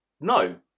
No